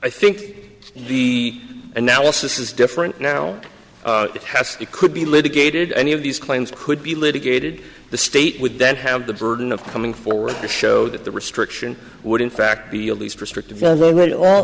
i think the analysis is different now has it could be litigated any of these claims could be litigated the state would then have the burden of coming forward to show that the restriction would in fact be at least restrictive